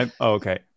Okay